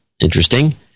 Interesting